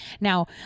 Now